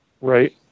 right